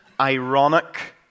ironic